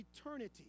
eternity